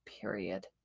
period